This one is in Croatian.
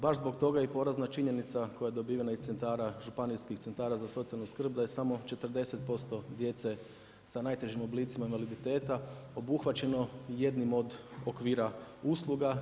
Baš zbog toga je i porazna činjenica koja je dobivena iz centara županijskih centara za socijalnu skrb da je samo 40% djece sa najtežim oblicima invaliditeta obuhvaćeno jednim od okvira usluga.